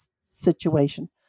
situation